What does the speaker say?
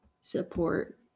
support